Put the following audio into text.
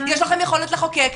יש לכם יכולת לחוקק,